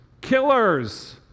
killers